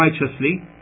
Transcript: righteously